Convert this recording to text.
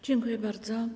Dziękuję bardzo.